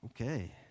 Okay